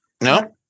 No